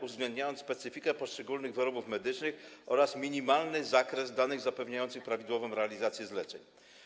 uwzględniając specyfikę poszczególnych wyrobów medycznych oraz minimalny zakres danych zapewniających prawidłową realizację zleceń.